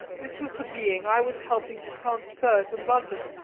this was the being i was helping to transfer to london,